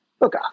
look